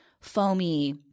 foamy